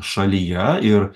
šalyje ir